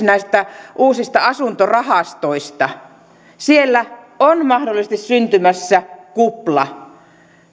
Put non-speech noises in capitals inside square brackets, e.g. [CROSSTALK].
[UNINTELLIGIBLE] näistä uusista asuntorahastoista siellä on mahdollisesti syntymässä kupla